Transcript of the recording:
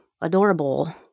adorable